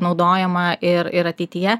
naudojama ir ir ateityje